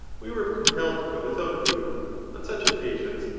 we were compelled to go without food on such occasions,